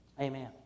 Amen